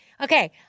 Okay